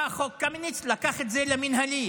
בא חוק קמיניץ ולקח את זה למינהלי.